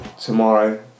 tomorrow